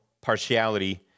partiality